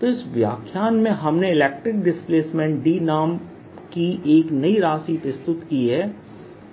तो इस व्याख्यान में हमने इलेक्ट्रिक डिस्प्लेसमेंट D नामक एक नई राशि प्रस्तुत की है